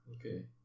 Okay